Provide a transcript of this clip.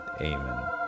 Amen